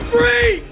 Free